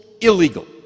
illegal